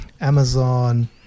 Amazon